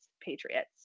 patriots